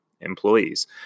employees